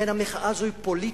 ולכן המחאה הזאת היא פוליטית,